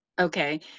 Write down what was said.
Okay